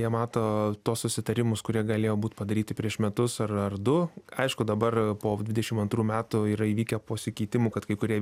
jie mato tuos susitarimus kurie galėjo būt padaryti prieš metus ar ar du aišku dabar po dvidešim antrų metų yra įvykę pasikeitimų kad kai kurie